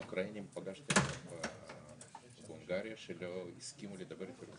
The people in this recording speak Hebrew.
אוכלוסייה שלא הגישה בקשה דרך האזור